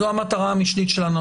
זו המטרה המשנית שלנו.